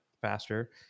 faster